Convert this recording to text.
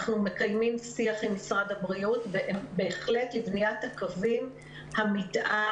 אנחנו מקיימים שיח עם משרד הבריאות בהחלט לבניית קווי המתאר,